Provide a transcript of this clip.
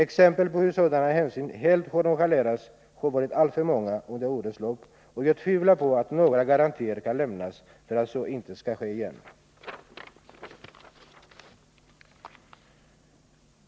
Exemplen på hur sådana hänsyn helt har nonchalerats har varit alltför många under årens lopp, och jag tvivlar på att några garantier kan lämnas för att så inte kommer att ske igen.